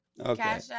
Okay